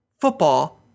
football